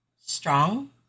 Strong